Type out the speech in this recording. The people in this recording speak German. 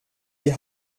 die